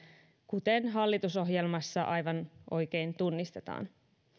kuten hallitusohjelmassa aivan oikein tunnistetaan